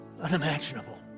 Unimaginable